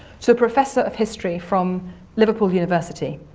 to a professor of history from liverpool university.